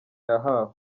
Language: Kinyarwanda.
yahawe